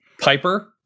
Piper